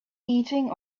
eating